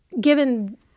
given